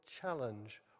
challenge